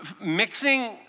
Mixing